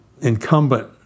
incumbent